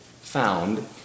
found